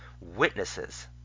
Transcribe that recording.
Witnesses